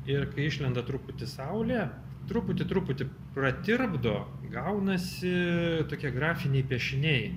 ir kai išlenda truputį saulė truputį truputį pratirpdo gaunasi tokie grafiniai piešiniai